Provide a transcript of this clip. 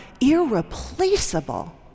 irreplaceable